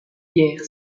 guerre